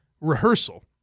rehearsal